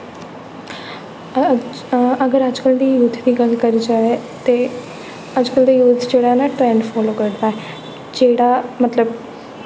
अगर अज्जकल दे यूथ दी गल्ल करी जाए ते अज्जकल दा यूथ जेह्ड़ा ना ट्रेंड फालो करदा ऐ जेह्ड़ा मतलब